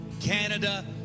Canada